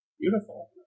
Beautiful